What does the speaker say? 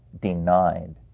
denied